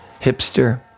hipster